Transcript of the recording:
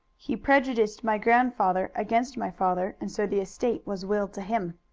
he prejudiced my grandfather against my father, and so the estate was willed to him.